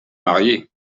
marié